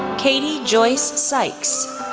cady joyce sikes,